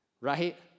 Right